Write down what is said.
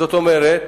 זאת אומרת,